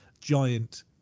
giant